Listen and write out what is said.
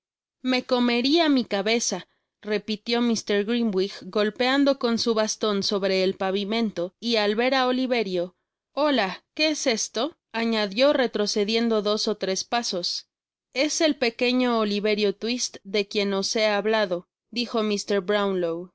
me comeria mi cabeza repitió mr grimwig golpeando con su baston sobre el pavimento y al ver á oliverioola que es esto añadió retrocediendo dos ó tres pasos es el pequeño oliverio twist de quien os he hablado dijo mr